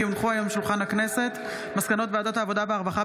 כי הונחו היום על שולחן הכנסת מסקנות ועדת העבודה והרווחה